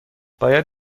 باید